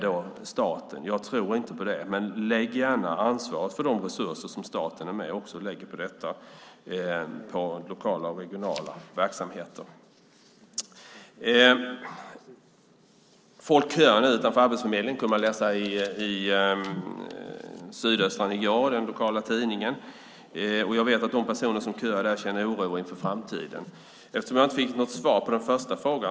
Det tror inte jag på. Men lägg gärna ansvaret för de resurser som staten är med och lägger på detta också på lokala och regionala verksamheter! Folk köar nu utanför Arbetsförmedlingen. Det kunde man i går läsa i den lokala tidningen Sydöstran. Jag vet att de personer som köar där känner en oro inför framtiden. Jag fick inte något svar på min första fråga.